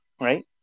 right